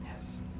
Yes